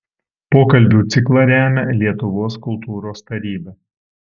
pokalbių ciklą remia lietuvos kultūros taryba